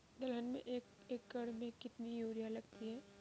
दलहन में एक एकण में कितनी यूरिया लगती है?